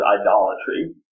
idolatry